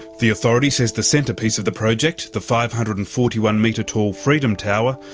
the authority says the centrepiece of the project, the five hundred and forty one metre tall freedom tower,